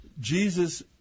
Jesus